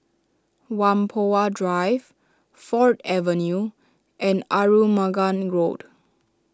Whampoa Drive Ford Avenue and Arumugam Road